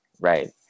right